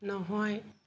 নহয়